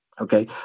Okay